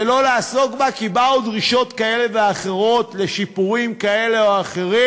ולא לעסוק בה כי באו דרישות כאלה ואחרות לשיפורים כאלה או אחרים,